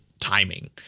timing